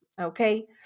Okay